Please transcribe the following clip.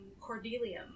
cordelium